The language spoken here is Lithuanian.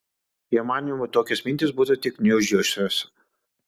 jo manymu tokios mintys būtų tik gniuždžiusios